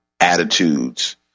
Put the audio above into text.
attitudes